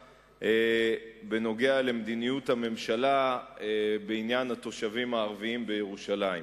בנוגע למדיניות הממשלה בעניין התושבים הערבים בירושלים.